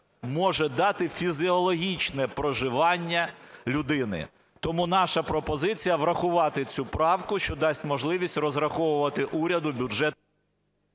може дати фізіологічне проживання людини. Тому наша пропозиція врахувати цю правку, що дасть можливість розраховувати уряду бюджет…